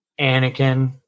Anakin